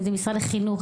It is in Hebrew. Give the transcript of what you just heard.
אם זה משרד החינוך,